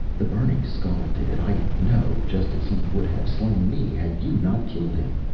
the burning skull did it, i know, just as he would have slain me had you not killed him.